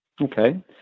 Okay